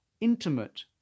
intimate